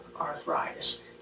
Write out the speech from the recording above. arthritis